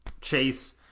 chase